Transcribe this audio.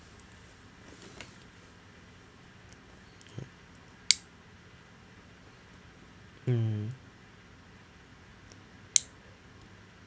mm